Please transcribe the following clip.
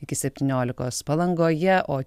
iki septyniolikos palangoje o